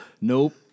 nope